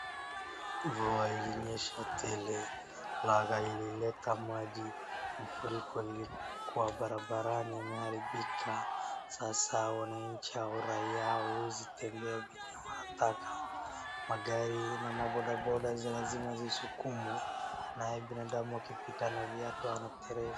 Mvua ilinyeesha tele. Bahadhi lileta maji, mafuriko iko kwa barabarani imehiribika. Sasa wananchi hao raia hawawezi tembea venye wanataka. Magari na mabodaboda lazima zisukumwe naye binadamu akipita na viatu anateleza.